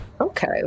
Okay